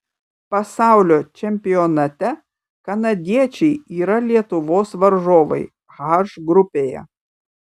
pasaulio čempionate kanadiečiai yra lietuvos varžovai h grupėje